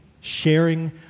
sharing